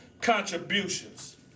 contributions